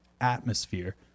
atmosphere